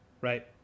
right